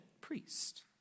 priest